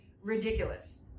ridiculous